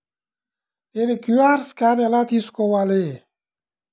నేను QR scan ఎలా తీసుకోవాలి?